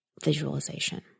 visualization